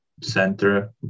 center